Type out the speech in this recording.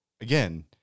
again